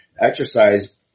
exercise